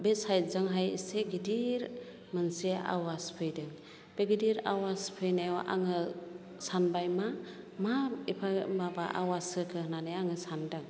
बे साइडजोंहाय एसे गिदिर मोनसे आवाज फैदों बे गिदिर आवाज फैनायाव आङो सानबाय मा मा एफा माबा आवाज होखो होननानै आङो सानदों